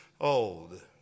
old